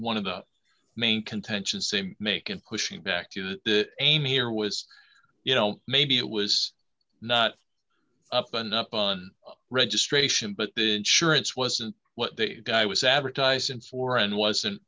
one of the main contention same make and pushing back to the emir was you know maybe it was not up and up on registration but the insurance wasn't what they guy was advertised in for and wasn't